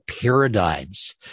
paradigms